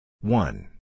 One